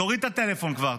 תוריד את הטלפון כבר,